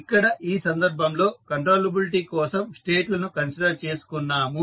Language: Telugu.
ఇక్కడ ఈ సందర్భంలో కంట్రోలబిలిటీ కోసం స్టేట్ లను కన్సిడర్ చేసుకున్నాము